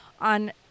on